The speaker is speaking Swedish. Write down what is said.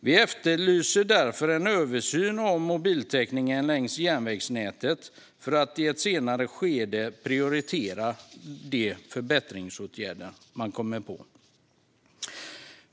Vi efterlyser därför en översyn av mobiltäckningen längs järnvägsnätet för att i ett senare skede prioritera de förbättringsåtgärder man kommer på.